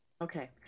Okay